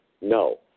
No